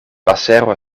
pasero